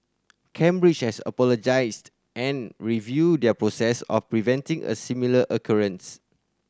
cambridge has apologised and review their process of preventing a similar